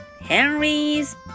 Henry's